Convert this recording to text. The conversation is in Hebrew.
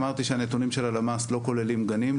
אמרתי שנתוני הלמ"ס לא כוללים גנים,